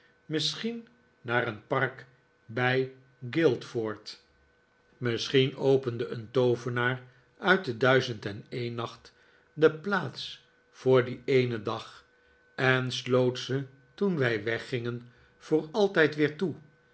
misschien naar een park bij guildford misschien opende een toovenaar uit de duizend eneen nacht de plaats voor dien eenen dag en sloot ze toen wij weggingen voor altijd weer toe